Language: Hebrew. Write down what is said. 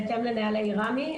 בהתאם לנהלי רמ"י,